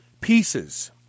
pieces